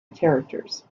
characters